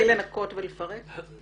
בלי לנקות ולפרק.